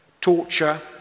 torture